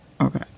Okay